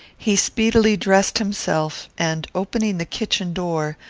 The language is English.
he speedily dressed himself, and, opening the kitchen door,